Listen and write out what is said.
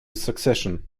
succession